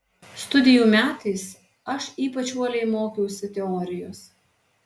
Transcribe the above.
studijų metais aš ypač uoliai mokiausi teorijos